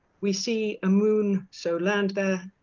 we see a moon so land there.